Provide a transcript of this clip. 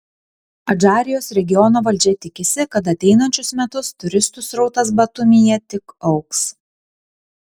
adžarijos regiono valdžia tikisi kad ateinančius metus turistų srautas batumyje tik augs